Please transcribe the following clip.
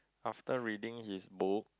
after reading his book